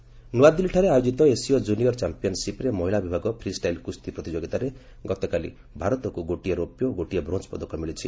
junior wrestling ନୂଆଦିଲ୍ଲୀଠାରେ ଆୟୋଜିତ ଏସୀୟ କୁନିୟର୍ ଚମ୍ପିୟନ୍ସିପ୍ରେ ମହିଳା ବିଭାଗ ଫ୍ରି ଷ୍ଟାଇଲ୍ କୁସ୍ତି ପ୍ରତିଯୋଗିତାରେ ଗତକାଲି ଭାରତକୁ ଗୋଟି ରୌପ୍ୟ ଓ ଗୋଟିଏ ବ୍ରୋଞ୍ଜ ପଦକ ମିଳିଛି